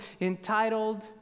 entitled